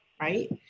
right